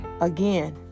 again